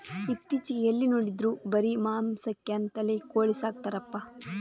ಇತ್ತೀಚೆಗೆ ಎಲ್ಲಿ ನೋಡಿದ್ರೂ ಬರೀ ಮಾಂಸಕ್ಕೆ ಅಂತಲೇ ಕೋಳಿ ಸಾಕ್ತರಪ್ಪ